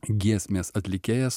giesmės atlikėjas